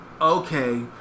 okay